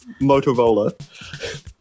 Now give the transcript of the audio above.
Motorola